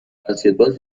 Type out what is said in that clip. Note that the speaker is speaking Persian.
بسکتبال